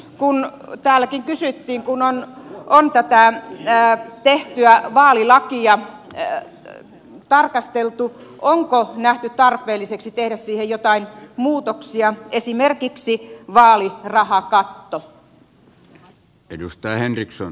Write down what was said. kun on tätä tehtyä vaalilakia tarkasteltu onko nähty tarpeelliseksi tehdä siihen jotain muutoksia esimerkiksi vaalirahakatto